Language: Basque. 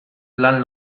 lan